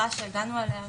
שהגענו אליה,